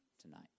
tonight